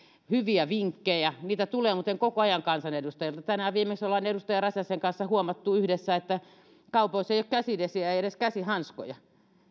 hyviä vinkkejä niitä tulee muuten koko ajan kansanedustajilta tänään viimeksi olemme edustaja räsäsen kanssa huomanneet yhdessä että kaupoissa ei ole käsidesiä eikä edes käsihanskoja